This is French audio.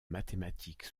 mathématique